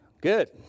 Good